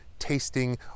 tasting